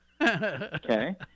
okay